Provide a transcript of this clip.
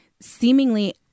seemingly